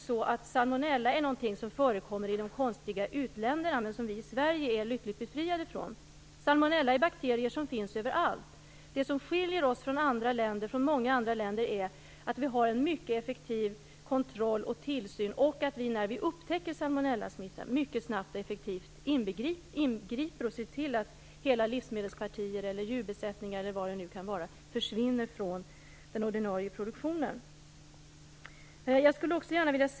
Salmonella är ingenting som förekommer i de konstiga utländerna, men som vi i Sverige är lyckligt befriade ifrån. Salmonella är bakterier som finns överallt. Det som skiljer Sverige från många andra länder är att vi har en mycket effektiv kontroll och tillsyn, och att vi ingriper mycket snabbt och effektivt när vi upptäcker salmonellasmitta. Vi ser till att hela livsmedelspartier eller djurbesättningar etc. försvinner från den ordinarie produktionen.